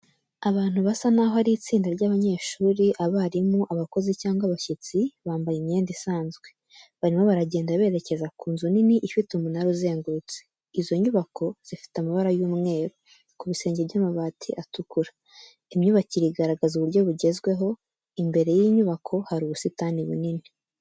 Abantu basa n'aho ari itsinda ry'abanyeshuri, abarimu, abakozi cyangwa abashyitsi, bambaye imyenda isanzwe. Barimo baragenda berekeza ku nzu nini ifite umunara uzengurutse. Izo nyubako zifite amabara y'umweru, ku bisenge by'amabati atukura. Imyubakire igaragaza uburyo bugezweho, imbere y'inyubako hari ubusitani bunini.